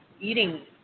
eating